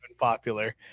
popular